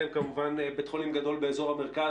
אתם כמובן בית חולים גדול באזור המרכז.